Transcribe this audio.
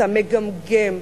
אתה מגמגם,